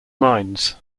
mines